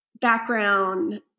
background